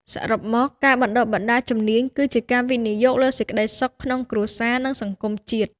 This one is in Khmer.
សរុបមក ការបណ្ដុះបណ្ដាលជំនាញគឺជាការវិនិយោគលើសេចក្ដីសុខក្នុងគ្រួសារ និងសង្គមជាតិខ្មែរ។